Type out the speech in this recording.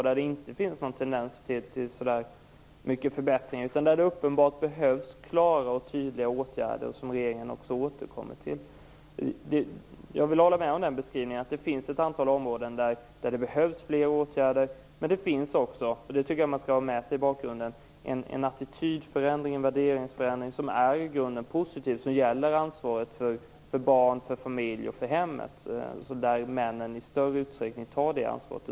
Där finns det ingen tendens till förbättring, utan det behövs uppenbarligen klara och tydliga åtgärder, något som regeringen återkommer till. Jag vill hålla med om beskrivningen att det behövs fler åtgärder på ett antal områden. Men det finns också, det tycker jag att man skall ha med i bakgrunden, en attitydförändring, en värderingsförändring som i grunden är positiv vad gäller ansvaret för barnen, familjen och hemmet. Männen tar i större utsträckning det ansvaret.